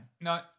no